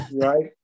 Right